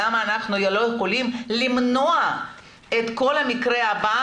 למה אנחנו לא יכולים למנוע את המקרה הבא,